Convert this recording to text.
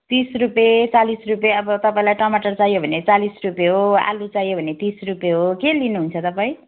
तिस रुपियाँ चालिस रुपियाँ अब तपाईँलाई टमटर चाइयो भने चालिस रुपियाँ हो आलु चाहियो भने तिस रुपियाँ हो के लिनुहुन्छ तपाईँ